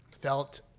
felt